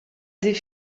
sie